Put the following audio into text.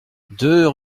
deux